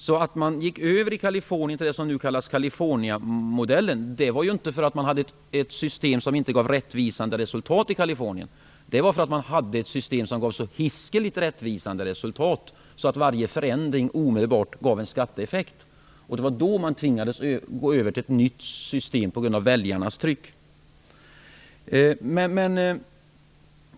När man i Californien gick över till det som nu kallas Californiamodellen var det inte för att man hade ett system som inte gav rättvisande resultat. Det var därför att man hade ett system som gav så hiskeligt rättvisande resultat att varje förändring omedelbart gav en skatteeffekt. Det var då man på grund av väljarnas tryck tvingades gå över till ett nytt system.